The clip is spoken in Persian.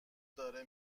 داره